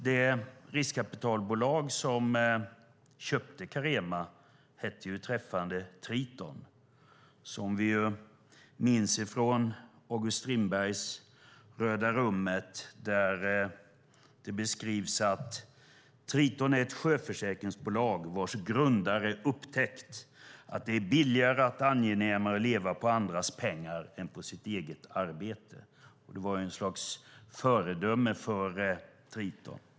Det riskkapitalbolag som köpte Carema hette träffande Triton. Vi minns att i August Strindbergs Röda rummet beskrivs Triton som ett sjöförsäkringsaktiebolag vars grundare upptäckt att det är billigare och angenämare att leva på andras pengar än på sitt eget arbete. Det var ett slags föredöme för Triton.